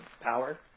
power